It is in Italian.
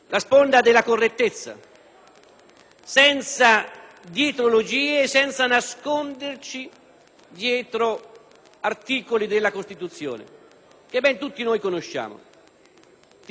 senza dietrologie e senza nasconderci dietro articoli della Costituzione che tutti ben conosciamo, come l'articolo 34 o l'articolo 3.